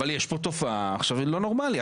אבל יש פה תופעה לא נורמלית.